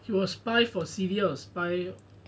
he was spy for syria or spy